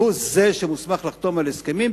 והוא זה שמוסמך לחתום על הסכמים,